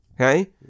okay